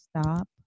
stop